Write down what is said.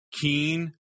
Keen